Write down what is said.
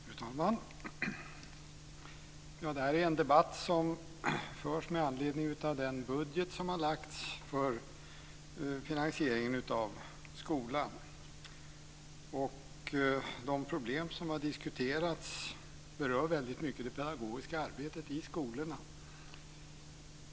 Fru talman! Det här är en debatt som förs med anledning av den budget som har lagts fram för finansieringen av skolan. De problem som har diskuterats berör mycket det pedagogiska arbetet i skolorna.